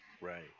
Right